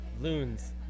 loons